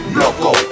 loco